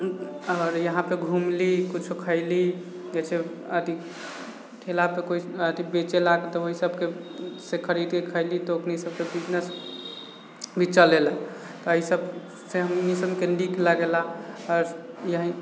आओर यहाँपर घुमलि कुछो खाइलि जैसे अथी ठेलापर कुछो अथी बेचेला तऽ ओहि सभसँ खरीदके खाइलि तऽ ओकर सभके बिजनेस भी चलेला काहे ई सभसँ हमनि सभके नीक लागेला आओर यही